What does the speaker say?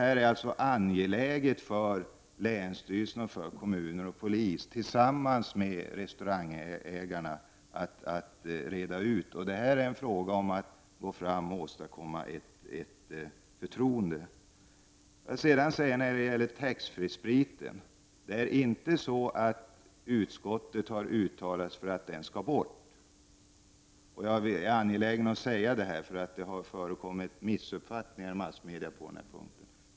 Det är alltså angeläget för länsstyrelser, kommuner, polis och restaurangägarna att reda ut detta. Det handlar om att åstadkomma ett förtroende. Utskottet har inte uttalat sig för att möjligheten att köpa tullfri sprit skall tas bort. Jag är angelägen om att säga detta, eftersom det har förekommit missuppfattningar på detta område.